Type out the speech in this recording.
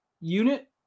unit